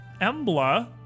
Embla